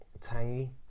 tangy